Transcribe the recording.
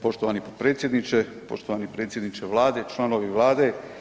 poštovani predsjedniče, poštovani predsjedniče Vlade, članovi Vlade.